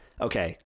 okay